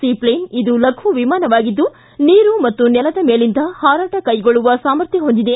ಶೀಕ್ಷೇನ್ ಇದು ಲಘು ವಿಮಾನವಾಗಿದ್ದು ನೀರು ಮತ್ತು ನೆಲದ ಮೇಲಿಂದ ಹಾರಾಟ ಕೈಗೊಳ್ಳುವ ಸಾಮರ್ಥ್ಯ ಹೊಂದಿದೆ